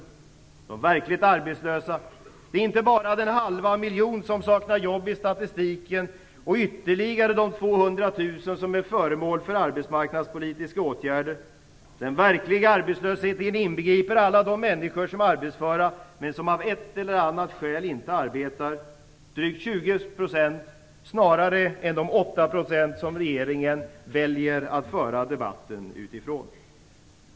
De verkligt arbetslösa är inte bara den halva miljon som enligt statistiken saknar jobb och de ytterligare 200 000 som är föremål för arbetsmarknadspolitiska åtgärder. Den verkliga arbetslösheten inbegriper alla de människor som är arbetsföra men som av ett eller annat skäl inte arbetar, drygt 20 % snarare än de 8 % som regeringen väljer att föra debatten utifrån.